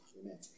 Amen